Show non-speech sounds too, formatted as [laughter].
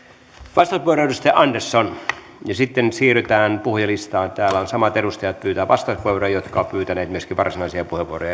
vastauspuheenvuoro edustaja andersson ja sitten siirrytään puhujalistaan täällä pyytävät vastauspuheenvuoroja samat edustajat jotka ovat pyytäneet myöskin varsinaisia puheenvuoroja [unintelligible]